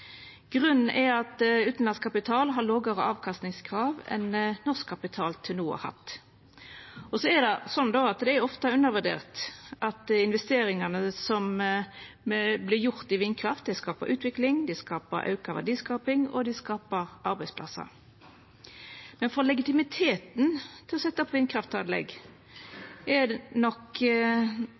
Grunnen er at utanlandsk kapital har lågare avkastingskrav enn norsk kapital til no har hatt. Det er ofte undervurdert at investeringane som vert gjorde i vindkraft, skapar utvikling, fører til auka verdiskaping og skapar arbeidsplassar. For legitimiteten til å setja opp vindkraftanlegg er nok